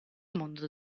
mondo